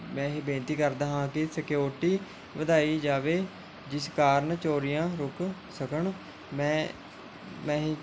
ਮੈਂ ਇਹ ਬੇਨਤੀ ਕਰਦਾ ਹਾਂ ਕਿ ਸਿਕਿਉਰਟੀ ਵਧਾਈ ਜਾਵੇ ਜਿਸ ਕਾਰਨ ਚੋਰੀਆਂ ਰੁੱਕ ਸਕਣ ਮੈਂ ਮੈਂ ਹੀ